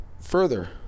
further